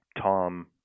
tom